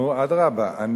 נו, אדרבה.